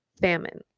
famine